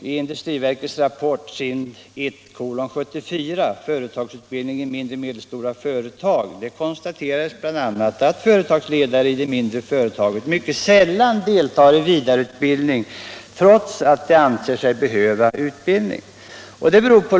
I industriverkets rapport SIND 1:1974, företagareutbildning i mindre och medelstora företag, konstaterades bl.a. att företagsledare i de mindre företagen mycket sällan deltar i vidareutbildning, trots att de anser sig behöva utbildning.